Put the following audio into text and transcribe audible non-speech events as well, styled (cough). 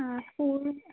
ആ (unintelligible)